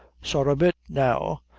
sorra bit, now,